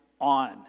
on